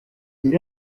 iyi